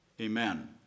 Amen